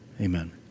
Amen